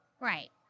Right